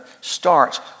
starts